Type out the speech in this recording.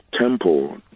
temple